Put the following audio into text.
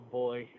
boy